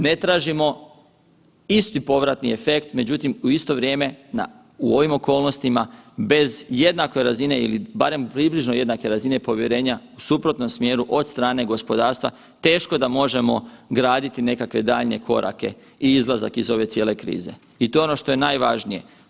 Ne tražimo isti povratni efekt, međutim u isto vrijeme u ovim okolnostima bez jednake razine ili barem približno jednake razine povjerenja suprotnom smjeru od strane gospodarstva teško da možemo graditi nekakve daljnje korake i izlazak iz ove cijele krize i to je ono što je najvažnije.